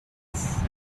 ask